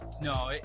no